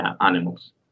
animals